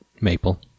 Maple